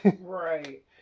right